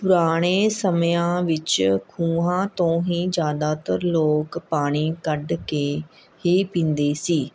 ਪੁਰਾਣੇ ਸਮਿਆਂ ਵਿੱਚ ਖੂਹਾਂ ਤੋਂ ਹੀ ਜ਼ਿਆਦਾਤਰ ਲੋਕ ਪਾਣੀ ਕੱਢ ਕੇ ਹੀ ਪੀਂਦੇ ਸੀ